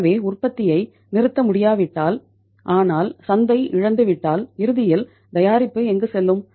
எனவே உற்பத்தியை நிறுத்த முடியாவிட்டால் ஆனால் சந்தை இழந்துவிட்டால் இறுதியில் தயாரிப்பு எங்கு செல்லும்